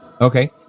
Okay